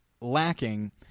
lacking